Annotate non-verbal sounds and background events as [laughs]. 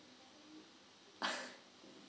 [laughs]